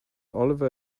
oliver